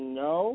no